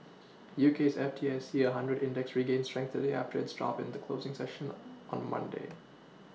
UK's F T S E a hundred index regained strength today after its drop in the closing session on Monday